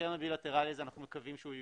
ההסכם הבילטרלי הזה, אנחנו מקווים שהוא ייושם.